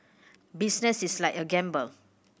business is like a gamble